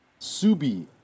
Subi